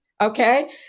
okay